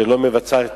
שלא מבצעת,